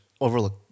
overlook